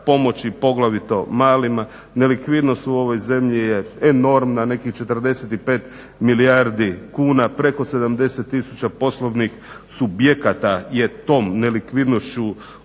nelikvidnost u ovoj zemlji je enormna, nekih 45 milijardi kuna, preko 70 tisuća poslovnih subjekata je tom nelikvidnošću pogođena.